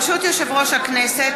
ברשות יושב-ראש הכנסת,